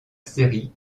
série